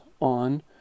on